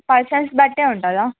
persons బట్టే ఉంటుందా